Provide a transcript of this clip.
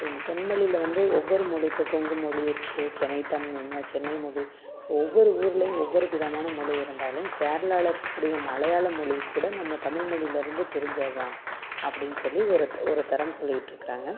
so இந்த செம்மொழியில் வந்து ஒவ்வொரு மொழி இப்போ கொங்கு மொழி இருக்குது சென்னைத் தமிழ் இந்தமாரி சென்னை மொழி ஒவ்வொரு ஊர்லேயும் ஒவ்வொரு விதமான மொழி இருந்தாலும் கேரளால இருக்கக்கூடிய மலையாளம் மொழி கூட நம்ம தமிழ்மொழியில் இருந்து பிரிஞ்சது தான் அப்படின் சொல்லி ஒரு ஒரு தரம் சொல்லிக்கிட்டுருக்கிறாங்க